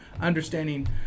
understanding